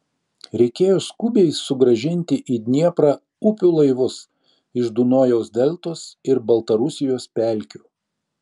reikėjo skubiai sugrąžinti į dnieprą upių laivus iš dunojaus deltos ir baltarusijos pelkių